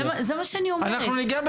כן.